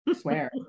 swear